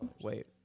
Wait